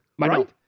right